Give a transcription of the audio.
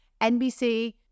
NBC